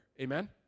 Amen